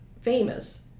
famous